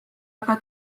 aga